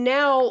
now